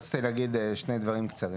רציתי להגיד שני דברים קצרים.